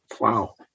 wow